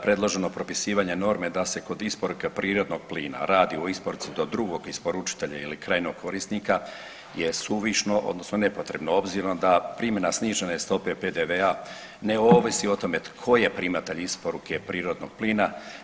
Predloženo propisivanje norme da se kod isporuke prirodnog plina radi o isporuci do drugog isporučitelja ili krajnjeg korisnika je suvišno odnosno nepotrebno obzirom da primjena snižene stope PDV-a ne ovisi o tome tko je primatelj isporuke prirodnog plina.